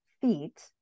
feet